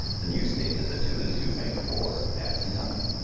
the new statement that two and two make four adds nothing.